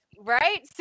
right